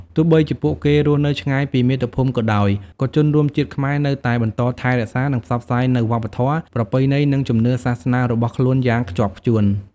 ទោះបីជាពួកគេរស់នៅឆ្ងាយពីមាតុភូមិក៏ដោយ ក៏ជនរួមជាតិខ្មែរនៅតែបន្តថែរក្សា និងផ្សព្វផ្សាយនូវវប្បធម៌ ប្រពៃណី និងជំនឿសាសនារបស់ខ្លួនយ៉ាងខ្ជាប់ខ្ជួន។